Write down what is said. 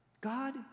God